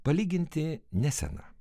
palyginti nesena